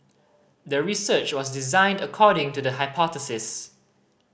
the research was designed according to the hypothesis